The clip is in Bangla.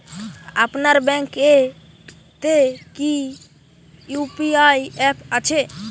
আপনার ব্যাঙ্ক এ তে কি ইউ.পি.আই অ্যাপ আছে?